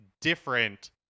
different